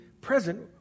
present